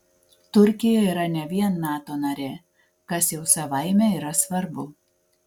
turkija yra ne vien nato narė kas jau savaime yra svarbu